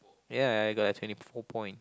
ya I I got like twenty four point